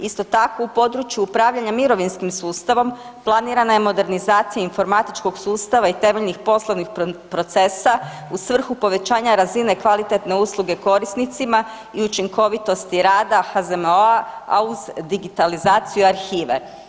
Isto tako u području upravljanja mirovinskim sustavom planirana je modernizacija informatičkog sustava i temeljnih poslovnih procesa u svrhu povećanja razine kvalitetne usluge korisnicima i učinkovitosti rada HZMO-a, a uz digitalizaciju arhive.